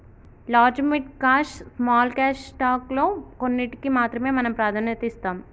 large mid cash small cash stock లో కొన్నింటికీ మాత్రమే మనం ప్రాధాన్యత ఇస్తాం